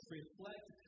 reflect